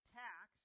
tax